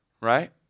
right